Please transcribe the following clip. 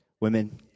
women